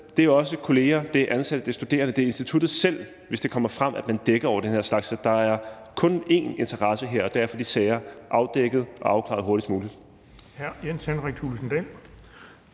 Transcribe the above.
det er også kolleger, det er ansatte, det er studerende, det er instituttet selv, hvis det kommer frem, at man dækker over den her slags. Så der er kun én interesse her, og det er at få de sager afdækket og afklaret hurtigst muligt.